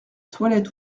toilette